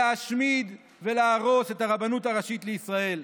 להשמיד ולהרוס את הרבנות הראשית לישראל.